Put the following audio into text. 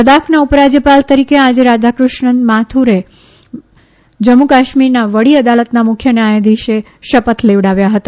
લદાખના ઉપરાજ્યપાલ તરીકે આજે રાધાકૃષ્ણ માથુરને જમ્મુ કાશ્મીરના વડી અદાલતના મુખ્ય ન્યાયાધીશે શપથ લેવડાવ્યા હતા